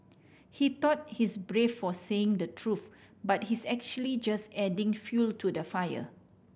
he thought he's brave for saying the truth but he's actually just adding fuel to the fire